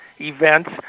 events